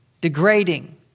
degrading